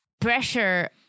pressure